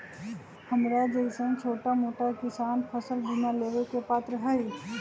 हमरा जैईसन छोटा मोटा किसान फसल बीमा लेबे के पात्र हई?